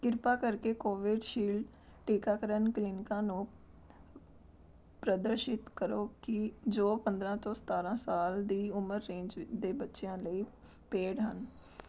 ਕਿਰਪਾ ਕਰਕੇ ਕੋਵਿਡਸ਼ਿਲਡ ਟੀਕਾਕਰਨ ਕਲੀਨਿਕਾਂ ਨੂੰ ਪ੍ਰਦਰਸ਼ਿਤ ਕਰੋ ਕਿ ਜੋ ਪੰਦਰ੍ਹਾਂ ਤੋਂ ਸਤਾਰ੍ਹਾਂ ਸਾਲ ਦੀ ਉਮਰ ਰੇਂਜ ਦੇ ਬੱਚਿਆਂ ਲਈ ਪੇਡ ਹਨ